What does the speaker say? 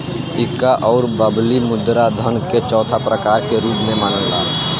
सिक्का अउर बबली मुद्रा धन के चौथा प्रकार के रूप में मनाला